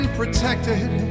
protected